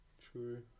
True